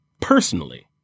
personally